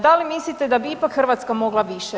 Da li mislite da bi ipak Hrvatska mogla više?